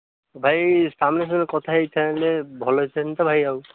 ଭାଇ ସାମ୍ନା ସାମ୍ନେ କଥା ହୋଇଥାନ୍ତେ ଭଲ ହୋଇଥାନ୍ତା ଭାଇ ଆଉ